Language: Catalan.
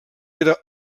era